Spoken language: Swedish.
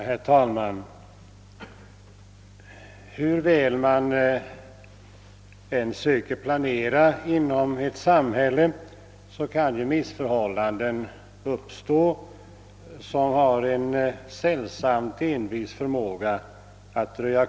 Herr talman! Hur väl man än söker planera i ett samhälle kan missförhållanden uppstå, som har en sällsamt envis förmåga att kvarstå.